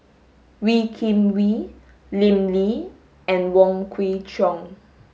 Wee Kim Wee Lim Lee and Wong Kwei Cheong